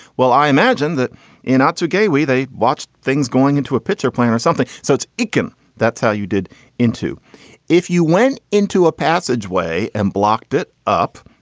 well, i imagine that in otsu gateway, they botched things going into a pitcher plant or something. so it's ekin. that's how you did into if you went into a passageway and blocked it up,